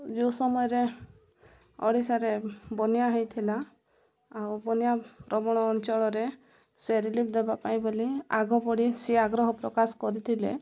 ଯେଉଁ ସମୟରେ ଓଡ଼ିଶାରେ ବନ୍ୟା ହେଇଥିଲା ଆଉ ବନ୍ୟା ପ୍ରବଳ ଅଞ୍ଚଳରେ ସେ ରିଲିଫ ଦେବା ପାଇଁ ବୋଲି ଆଗ ପଡ଼ି ସିଏ ଆଗ୍ରହ ପ୍ରକାଶ କରିଥିଲେ